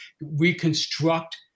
reconstruct